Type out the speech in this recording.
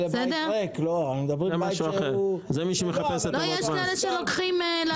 יש כאלה שלוקחים,